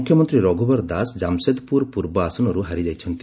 ମୁଖ୍ୟମନ୍ତ୍ରୀ ରଘୁବର ଦାସ ଜାମସେଦପୁର ପୂର୍ବ ଆସନରୁ ହାରିଯାଇଛନ୍ତି